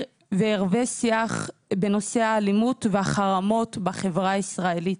וערבי שיח בנושאי האלימות והחרמות בחברה הישראלית.